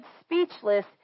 speechless